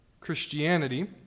Christianity